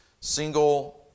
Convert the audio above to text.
single